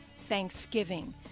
Thanksgiving